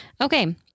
Okay